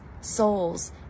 Souls